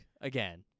again